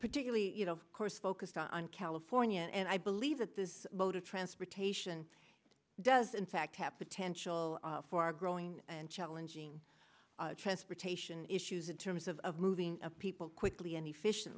particularly you know of course focused on california and i believe that this mode of transportation does in fact happen tensional for growing and challenging transportation issues in terms of of moving of people quickly and efficient